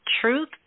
truth